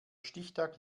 stichtag